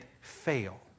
fail